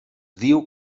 diu